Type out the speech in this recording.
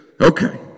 Okay